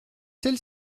celle